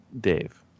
Dave